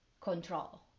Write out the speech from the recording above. control